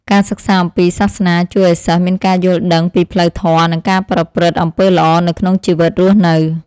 ការសិក្សាអំពីសាសនាជួយឱ្យសិស្សមានការយល់ដឹងពីផ្លូវធម៌និងការប្រព្រឹត្តអំពើល្អនៅក្នុងជីវិតរស់នៅ។